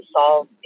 solve